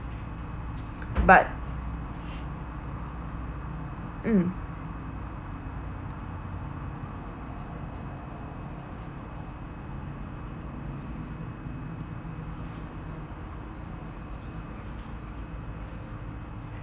but mm